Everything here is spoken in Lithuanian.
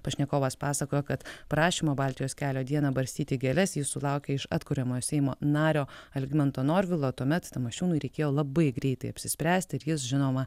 pašnekovas pasakojo kad prašymo baltijos kelio dieną barstyti gėles jis sulaukė iš atkuriamojo seimo nario algimanto norvilo tuomet tamošiūnui reikėjo labai greitai apsispręsti ir jis žinoma